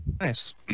Nice